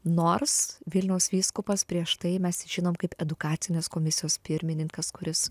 nors vilniaus vyskupas prieš tai mes jį žinom kaip edukacinės komisijos pirmininkas kuris